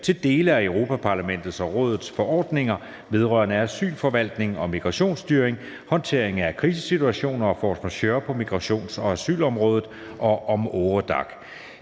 til dele af Europa-Parlamentets og Rådets forordninger vedrørende asylforvaltning og migrationsstyring, håndtering af krisesituationer og force majeure på migrations- og asylområdet og om Eurodac.